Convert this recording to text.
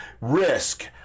Risk